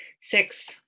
Six